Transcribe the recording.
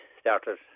started